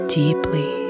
deeply